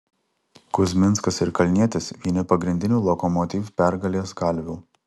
kuzminskas ir kalnietis vieni pagrindinių lokomotiv pergalės kalvių